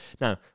now